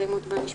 אלימות במשפחה.